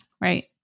Right